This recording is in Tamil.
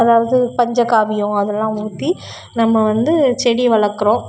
அதாவது பஞ்ச காவியம் அதெல்லாம் ஊற்றி நம்ம வந்து செடி வளர்க்குறோம்